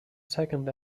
second